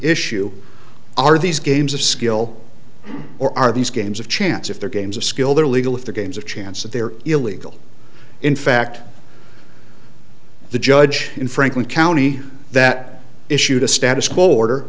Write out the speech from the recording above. issue are these games of skill or are these games of chance if they're games of skill they're legal if the games of chance that they're illegal in fact the judge in franklin county that issued a status quo order